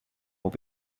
will